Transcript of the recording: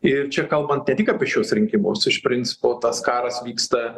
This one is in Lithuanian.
ir čia kalbant ne tik apie šiuos rinkimus iš principo tas karas vyksta